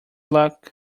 luck